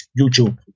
YouTube